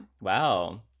Wow